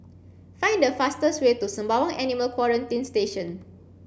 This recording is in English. find the fastest way to Sembawang Animal Quarantine Station